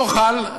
לא חל.